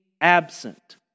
absent